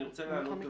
אני רוצה להעלות,